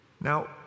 Now